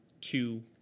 two